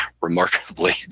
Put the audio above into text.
remarkably